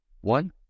One